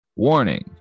Warning